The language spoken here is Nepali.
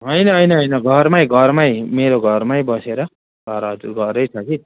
होइन होइन होइन घरमै घरमै मेरो घरमै बसेर भाडा हजुर घरै छ कि